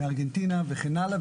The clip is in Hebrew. מארגנטינה וכן הלאה,